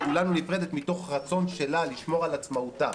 ככולנו נפרדת מתוך רצון שלה לשמור על עצמאותה.